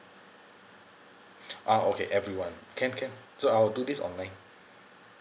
uh okay everyone can can so I'll do this online